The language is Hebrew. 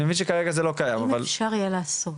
אני מבין שכרגע זה לא קיים --- אם אפשר יהיה לעשות,